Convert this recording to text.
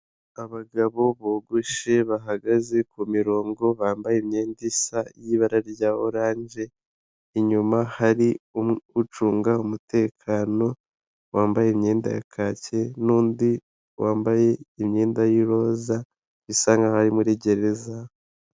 Abagabo bogoshe bahagaze kumirongo bambaye imyenda isa y'ibara rya oranje, inyuma hari ucunga umutekano wambaye imyenda ya kake n'undi wambaye imyenda y'iroza, bisa nkaho ari muri gereza.